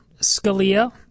Scalia